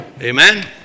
Amen